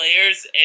players